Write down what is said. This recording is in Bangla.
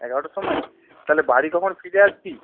এগারোটার সময় তাহলে বাড়ি কখন ফিরে আসবি